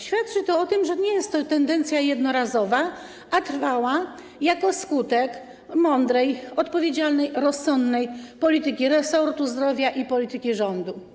Świadczy to o tym, że nie jest to tendencja jednorazowa, a trwała, będąca skutkiem mądrej, odpowiedzialnej, rozsądnej polityki resortu zdrowia i polityki rządu.